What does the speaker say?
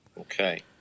Okay